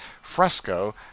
fresco